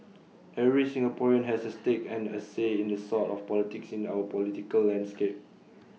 every Singaporean has A stake and A say in the sort of politics in our political landscape